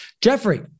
Jeffrey